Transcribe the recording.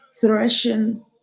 threshing